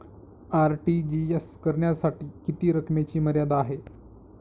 RTGS करण्यासाठी किती रकमेची मर्यादा आहे?